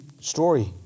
story